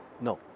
No